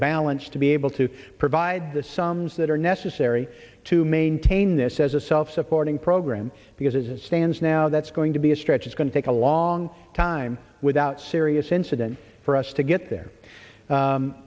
balance to be able to provide the sums that are necessary to maintain this as a self supporting program because as it stands now that's going to be a stretch it's going to take a long time without serious incident for us to get there